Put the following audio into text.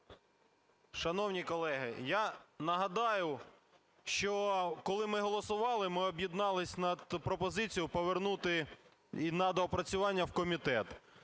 Шановні колеги, я нагадаю, що коли ми голосували, ми об'єдналися на пропозиції повернути на доопрацювання в комітет.